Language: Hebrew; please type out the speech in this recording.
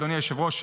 אדוני היושב-ראש,